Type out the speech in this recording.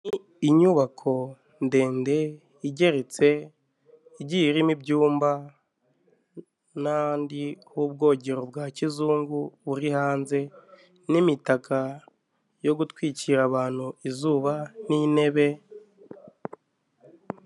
Inyubako ndende igeretse igiye irimo ibyumba, n'andi h'ubwogero bwa kizungu, buri hanze n'imitaga yo gutwikira abantu izuba n'intebe.